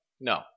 No